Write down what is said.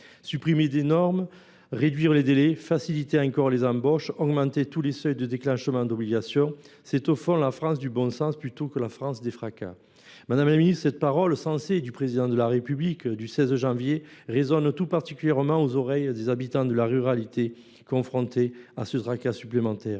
Supprimer des normes, réduire les délais, faciliter encore les embauches, augmenter tous les seuils de déclenchement d’obligation. C’est au fond la France du bon sens, plutôt que la France des tracas ». Madame la ministre, ces paroles sensées, prononcées par le Président de la République le 16 janvier dernier, résonnent tout particulièrement aux oreilles des habitants de la ruralité confrontés à ce « tracas » supplémentaire.